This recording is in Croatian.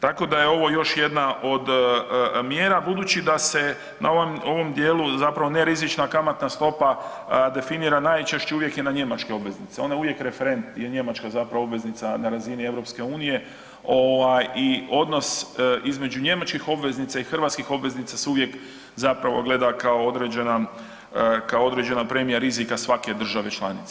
Tako da je ovo još jedna od mjera budući da se na ovom dijelu zapravo nerizična kamatna stopa definira najčešće uvijek je na njemačke obveznice, one uvijek referent je njemačka zapravo obveznica na razini EU ovaj i odnos između njemačkih obveznica i hrvatskih obveznica se uvijek zapravo gleda kao određena, kao određena premija rizika svake države članice.